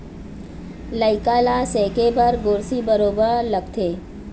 लइका ल सेके बर गोरसी बरोबर लगथे